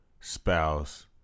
spouse